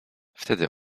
wtedy